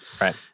Right